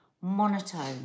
monotone